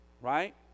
right